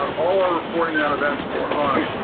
our reporting out of s four hana.